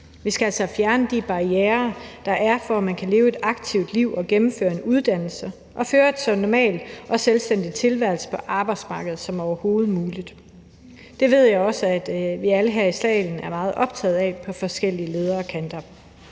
Vi skal altså fjerne de barrierer, der er, for, at man kan leve et aktivt liv og gennemføre en uddannelse og føre en så normal og selvstændig tilværelse på arbejdsmarkedet som overhovedet muligt. Det ved jeg også vi alle her i salen er meget optaget af på forskellige ledder og kanter.